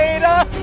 and